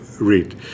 read